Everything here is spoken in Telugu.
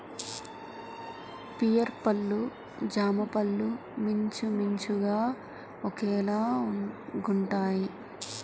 పియర్ పళ్ళు జామపళ్ళు మించుమించుగా ఒకేలాగుంటాయి